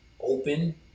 open